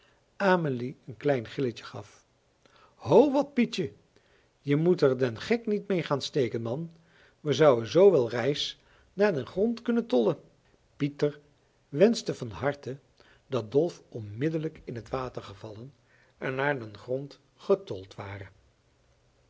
amelie een klein gilletje gaf ho wat pietje je moet er den gek niet mee gaan steken man we zouen zoo wel reis naar den grond kunnen tollen pieter wenschte van harte dat dolf onmiddellijk in t water gevallen en naar den grond getold ware